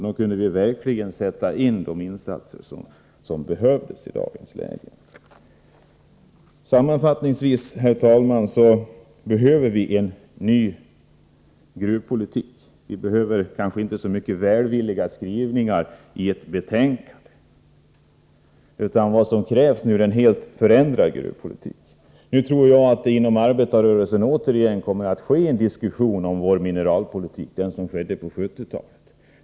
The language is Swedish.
Då kunde vi göra de insatser som behövs i dagens läge. Sammanfattningsvis, herr talman, behöver vi en ny gruvpolitik. Vi behöver kanske inte främst välvilliga skrivningar i ett utskottsbetänkande. Vad som nu krävs är en helt förändrad gruvpolitik. Jag tror att det inom arbetarrörelsen återigen kommer att föras diskussion om vår mineralpolitik, liksom man gjorde på 1970-talet.